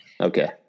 okay